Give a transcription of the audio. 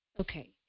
Okay